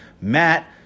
Matt